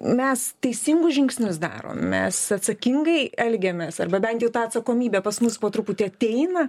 mes teisingus žingsnius darome mes atsakingai elgiamės arba bent ta atsakomybė pas mus po truputį ateina